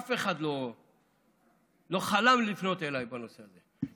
אף אחד לא חלם לפנות אליי בנושא הזה,